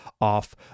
off